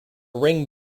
ring